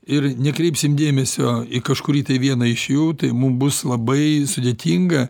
ir nekreipsim dėmesio į kažkurį vieną iš jų tai mum bus labai sudėtinga